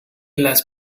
las